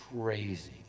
crazy